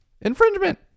Infringement